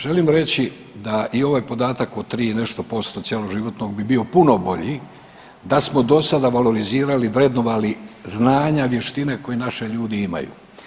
Želim reći da i ovaj podatak o tri i nešto posto cjeloživotnog bi bio puno bolji da smo do sada valorizirali vrednovali znanja, vještine koje naši ljudi imaju.